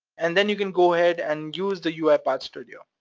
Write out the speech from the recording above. and then you can go ahead and use the uipath studio,